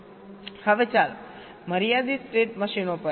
હવે ચાલો મર્યાદિત સ્ટેટ મશીનો પર આવીએ